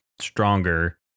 stronger